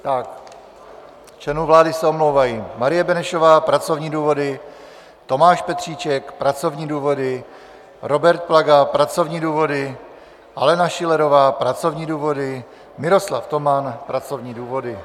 Z členů vlády se omlouvají: Marie Benešová pracovní důvody, Tomáš Petříček pracovní důvody, Robert Plaga pracovní důvody, Alena Schillerová pracovní důvody, Miroslav Toman pracovní důvody.